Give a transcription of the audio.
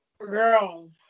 Girl